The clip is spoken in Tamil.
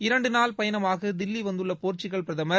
இரண்டு நாள் பயணமாக தில்லி வந்துள்ள போர்ச்சுக்கல் பிரதமர்